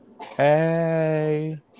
Hey